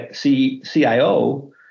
CIO